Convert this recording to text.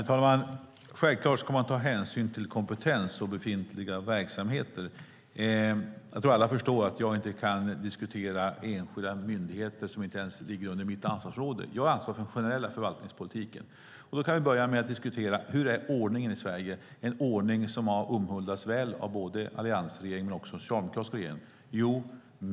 Herr talman! Självklart ska man ta hänsyn till kompetens och befintliga verksamheter. Jag tror att alla förstår jag inte kan diskutera enskilda myndigheter som inte ens ligger under mitt ansvarsområde. Jag har ansvar för den generella förvaltningspolitiken. Då kan vi börja med att diskutera hur ordningen är i Sverige, en ordning som har omhuldats väl av både alliansregeringen och socialdemokratiska regeringar.